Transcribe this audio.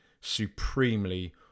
supremely